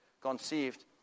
conceived